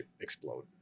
explode